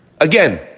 Again